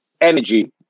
energy